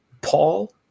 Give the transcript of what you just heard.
Paul